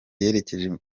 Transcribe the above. yerekeje